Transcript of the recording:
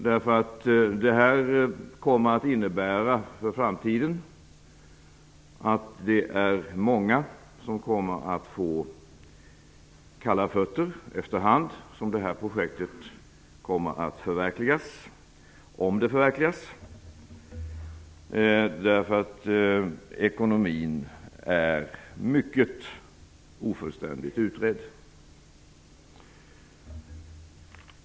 Beslutet innebär att efterhand som projektet förverkligas kommer många att få kalla fötter - om det förverkligas. Ekonomin är mycket ofullständigt utredd.